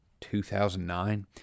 2009